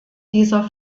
dieser